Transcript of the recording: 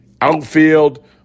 Outfield